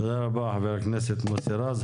תודה רבה, חבר הכנסת מוסי רז.